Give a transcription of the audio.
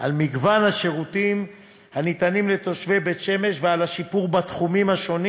על מגוון השירותים הניתנים לתושבי בית-שמש ועל השיפור בתחומים השונים